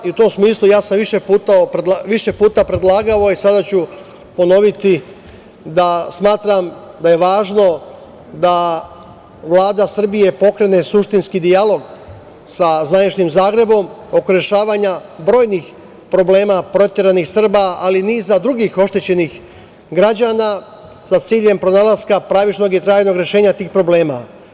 U tom smislu, ja sam više puta predlagao i sada ću ponoviti da smatram da je važno da Vlada Srbije pokrene suštinski dijalog sa zvaničnim Zagrebom oko rešavanja brojnih problema proteranih Srba, ali i niza drugih oštećenih građana, sa ciljem pronalaska pravičnog i trajnog rešenja tih problema.